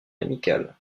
amical